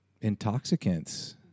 intoxicants